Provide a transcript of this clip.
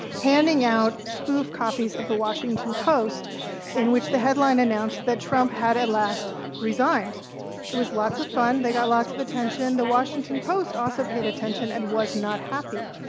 handing out spoof copies of the washington post in which the headline announced that trump had at last resigned. it was lots of fun. they got lots of attention. the washington post also paid attention and was not happy.